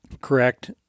Correct